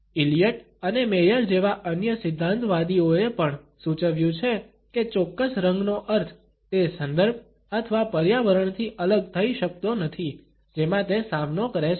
Elliott અને Mayer જેવા અન્ય સિદ્ધાંતવાદીઓએ પણ સૂચવ્યું છે કે ચોક્કસ રંગનો અર્થ તે સંદર્ભ અથવા પર્યાવરણથી અલગ થઈ શકતો નથી જેમાં તે સામનો કરે છે